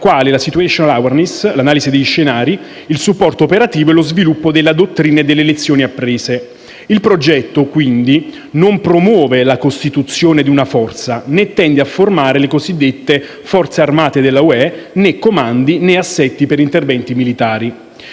la *situational awareness* (analisi di scenari), il supporto operativo e lo sviluppo della dottrina e delle lezioni apprese. Il progetto, quindi, non promuove la costituzione di una forza, né tende a formare le cosiddette forze armate della UE, né comandi, né assetti per interventi militari.